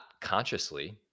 consciously